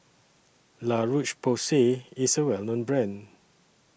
La Roche Porsay IS A Well known Brand